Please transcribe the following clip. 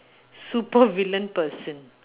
super villain person